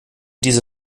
diese